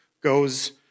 goes